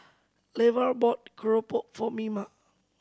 Levar bought keropok for Mima